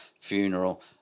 funeral